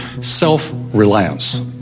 self-reliance